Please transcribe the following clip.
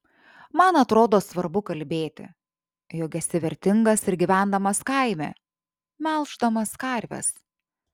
man atrodo svarbu kalbėti jog esi vertingas ir gyvendamas kaime melždamas karves